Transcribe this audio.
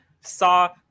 saw